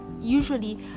usually